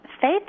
faith